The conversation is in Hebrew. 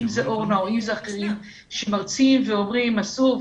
אם זאת אורנה או אם אלה אחרים שבאים ואומרים אסור,